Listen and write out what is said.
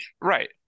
right